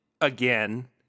again